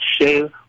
share